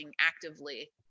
actively